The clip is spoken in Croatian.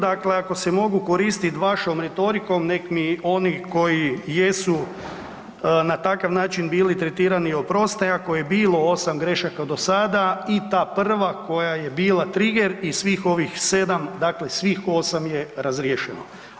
Dakle, ako se mogu koristit vašom retorikom nek mi oni koji jesu na takav način bili tretirani oproste ako je bilo 8 grešaka do sada i ta prva koja je bila triger i svih ovih 7, dakle svih 8 je razriješeno.